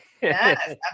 Yes